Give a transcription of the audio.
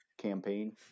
campaign